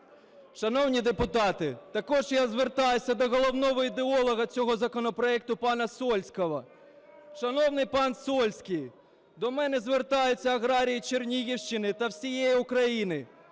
Шановні депутати, також я звертаюся до головного ідеолога цього законопроекту пана Сольського. Шановний пане Сольський, до мене звертаються аграрії Чернігівщини та всієї України.